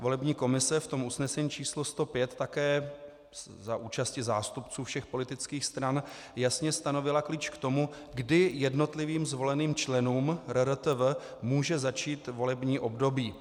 Volební komise v usnesení č. 105 také za účasti zástupců všech politických stran jasně stanovila klíč k tomu, kdy jednotlivým zvoleným členům RRTV může začít volební období.